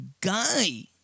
guy